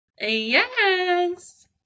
Yes